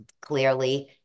clearly